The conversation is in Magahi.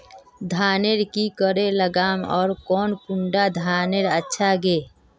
धानेर की करे लगाम ओर कौन कुंडा धानेर अच्छा गे?